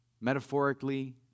Metaphorically